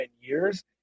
years